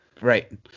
Right